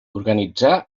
organitzà